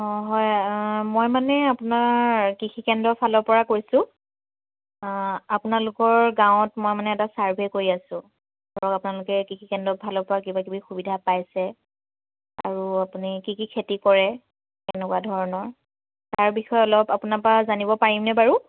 অঁ হয় মই মানে আপোনাৰ কৃষি কেন্দ্ৰৰ ফালৰ পৰা কৈছোঁ আপোনালোকৰ গাঁৱত মই মানে এটা ছাৰ্ভে কৰি আছোঁ ধৰক আপোনালোকে কৃষি কেন্দ্ৰৰ ফালৰ পৰা কিবা কিবি সুবিধা পাইছে আৰু আপুনি কি কি খেতি কৰে তেনেকুৱা ধৰণৰ তাৰ বিষয়ে অলপ আপোনাৰ পৰা জানিব পাৰিম নে বাৰু